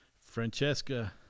Francesca